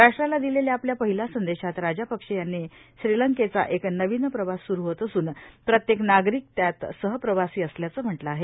राट्राला दिलेल्या आपल्या पहिल्या संदेशात राजापवे यांनी श्रीलंकेचा एक नवीन प्रवास सुरू होत असून प्रत्येक नागरिक त्यात सहप्रवासी असल्याचं म्हटलं आहे